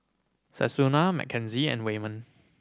Susannah Mackenzie and Wayman